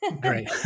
Great